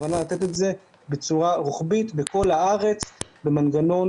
הכוונה לתת את זה בצורה רוחבית בכל הארץ במנגנון